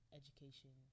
education